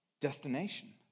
destination